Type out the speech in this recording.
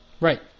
Right